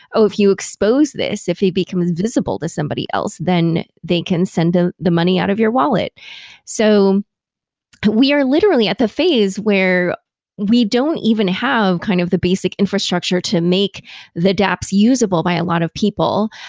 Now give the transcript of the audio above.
oh if you expose this, if it becomes visible to somebody else, then they can send them ah the money out of your wallet so we are literally at the phase where we don't even have kind of the basic infrastructure to make the dapps usable by a lot of people.